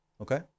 okay